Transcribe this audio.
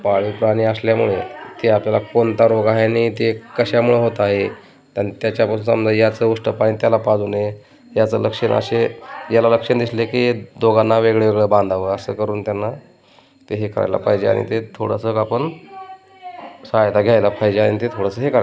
पाळीव प्राणी असल्यामुळे ते आपल्याला कोणता रोग आहे आणि ते कशामुळं होत आहे त्या त्याच्यापासून समजा याचं उष्टं पाणी त्याला पाजून नये याचं लक्षण असे याला लक्षण दिसले की दोघांना वेगळ वेगळं बांधावं असं करून त्यांना ते हे करायला पाहिजे आणि ते थोडंसं का आपण सहायता घ्यायला पाहिजे आणि ते थोडंसं हे करा